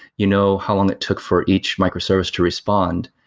you know how long it took for each microservice to respond,